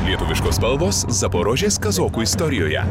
lietuviškos spalvos zaporožės kazokų istorijoje